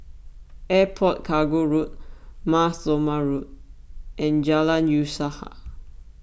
Airport Cargo Road Mar Thoma Road and Jalan Usaha